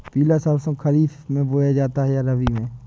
पिला सरसो खरीफ में बोया जाता है या रबी में?